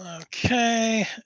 Okay